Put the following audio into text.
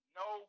no